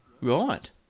Right